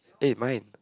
eh mine